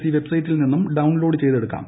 C വെബ്സൈറ്റിൽ നിന്നും download ചെയ്തെടുക്കാം